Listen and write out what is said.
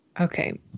Okay